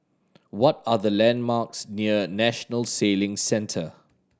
what are the landmarks near National Sailing Centre